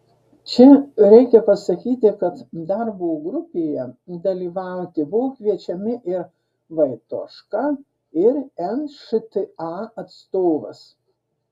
čia reikia pasakyti kad darbo grupėje dalyvauti buvo kviečiami ir vaitoška ir nšta atstovas